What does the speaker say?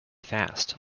fast